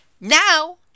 Now